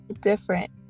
different